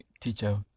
teacher